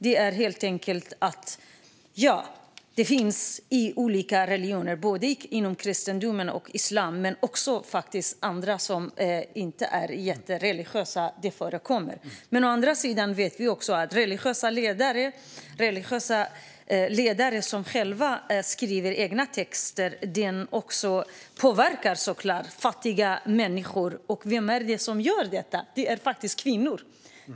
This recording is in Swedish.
Det finns inom både kristendom och islam, men det förekommer också hos dem som inte är jättereligiösa. Vi vet att religiösa ledare som skriver texter såklart påverkar fattiga människor. Vilka är det som begår dessa brott? Jo, det är faktiskt kvinnor.